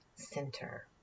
center